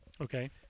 Okay